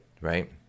right